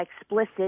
explicit